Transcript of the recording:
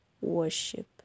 worship